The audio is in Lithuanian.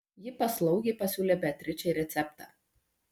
ji paslaugiai pasiūlė beatričei receptą